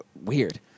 weird